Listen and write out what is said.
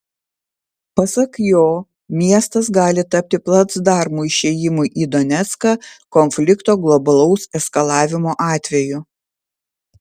pasak jo miestas gali tapti placdarmu išėjimui į donecką konflikto globalaus eskalavimo atveju